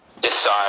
decide